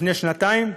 לפני שנתיים,